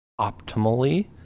optimally